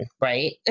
right